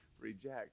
reject